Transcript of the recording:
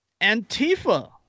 Antifa